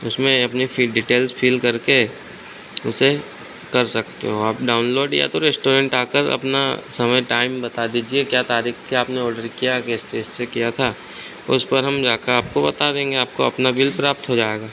उसमें अपनी फ़िर डिटेल्स फ़िल करके उसे कर सकते हो आप डाउनलोड या तो रेश्टोरेन्ट आकर अपना समय टाइम बता दीजिए क्या तारीख थी आपने ऑर्डर किया किस चीज़ से किया था उसपर हम जाकर आपको बता देंगे आपको अपना बिल प्राप्त हो जाएगा